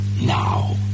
Now